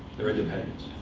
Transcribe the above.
their independence.